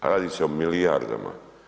A radi se o milijardama.